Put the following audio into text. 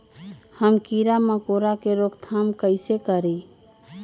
हम किरा मकोरा के रोक थाम कईसे करी?